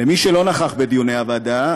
למי שלא נכח בדיוני הוועדה,